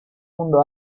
mundo